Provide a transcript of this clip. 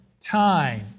time